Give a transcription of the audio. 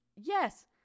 Yes